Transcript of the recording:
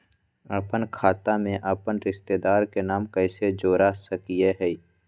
अपन खाता में अपन रिश्तेदार के नाम कैसे जोड़ा सकिए हई?